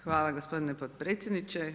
Hvala gospodine potpredsjedniče.